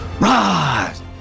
rise